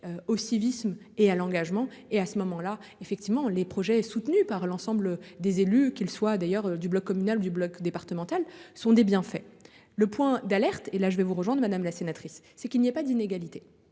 Au civisme et à l'engagement. Et à ce moment-là, effectivement, les projets soutenus par l'ensemble des élus, qu'ils soient d'ailleurs du bloc communal du bloc départemental sont des bien fait le point d'alerte et là je vais vous rejoins madame la sénatrice, c'est qu'il n'y a pas d'inégalité